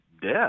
death